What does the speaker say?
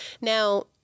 Now